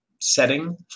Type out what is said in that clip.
setting